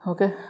Okay